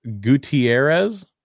Gutierrez